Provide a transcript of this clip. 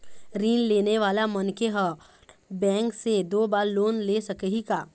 ऋण लेने वाला मनखे हर बैंक से दो बार लोन ले सकही का?